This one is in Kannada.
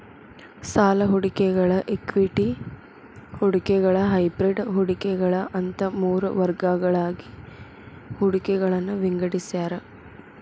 ಸಾಲ ಹೂಡಿಕೆಗಳ ಇಕ್ವಿಟಿ ಹೂಡಿಕೆಗಳ ಹೈಬ್ರಿಡ್ ಹೂಡಿಕೆಗಳ ಅಂತ ಮೂರ್ ವರ್ಗಗಳಾಗಿ ಹೂಡಿಕೆಗಳನ್ನ ವಿಂಗಡಿಸ್ಯಾರ